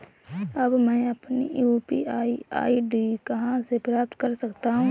अब मैं अपनी यू.पी.आई आई.डी कहां से प्राप्त कर सकता हूं?